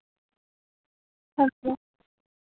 हांजी